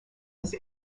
was